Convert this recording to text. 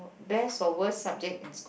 best or worst subject in school